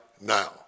now